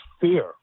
fear